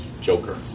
Joker